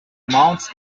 amounts